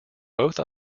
both